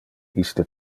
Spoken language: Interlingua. iste